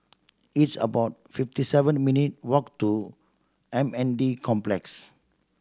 it's about fifty seven minute walk to M N D Complex